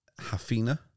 Hafina